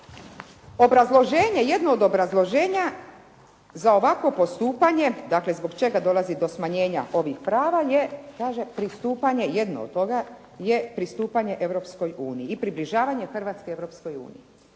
jedno od obrazloženja za ovakvo postupanje dakle zbog čega dolazi do smanjenja ovih prava jedno od toga je pristupanje Europskoj uniji i približavanje Hrvatske Europskoj uniji.